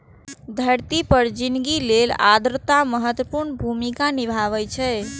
धरती पर जिनगी लेल आर्द्रता महत्वपूर्ण भूमिका निभाबै छै